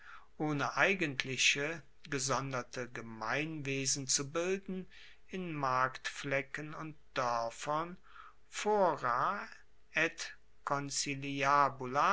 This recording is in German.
ohne eigentliche gesonderte gemeinwesen zu bilden in marktflecken und doerfern